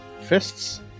fists